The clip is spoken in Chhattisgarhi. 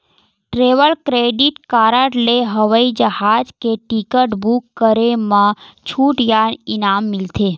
ट्रेवल क्रेडिट कारड ले हवई जहाज के टिकट बूक करे म छूट या इनाम मिलथे